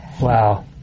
Wow